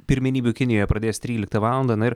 pirmenybių kinijoje pradės tryliktą valandą na ir